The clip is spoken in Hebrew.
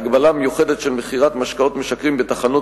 הגבלה מיוחדת של מכירת משקאות משכרים בתחנות